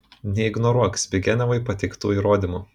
neignoruok zbignevui pateiktų įrodymų